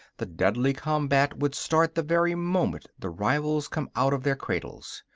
the deadly combat would start the very moment the rivals come out of their cradles.